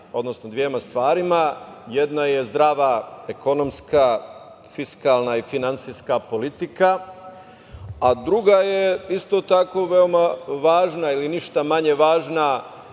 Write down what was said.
dakle, dvema stvarima - jedno je zdrava ekonomska fiskalna i finansijska politika, a druga je isto tako veoma važna, ili ništa manje važna,